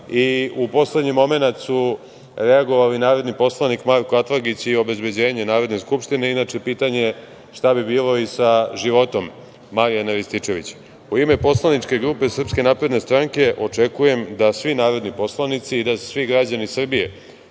i u poslednji momenat su reagovali narodni poslanik Marko Atlagić i obezbeđenje Narodne skupštine, inače pitanje je šta bi bilo i sa životom Marijana Rističevića.U ime poslaničke grupe SNS očekujem da svi narodni poslanici i da svi građani Srbije